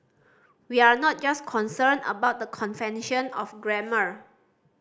we're not just concerned about the convention of grammar